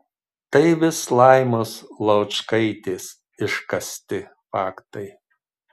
tai vis laimos laučkaitės iškasti faktai